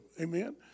amen